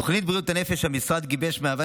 תוכנית בריאות הנפש שהמשרד גיבש מהווה